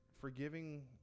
Forgiving